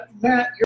Matt